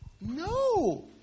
No